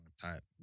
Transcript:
type